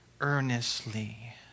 earnestly